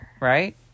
Right